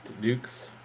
Dukes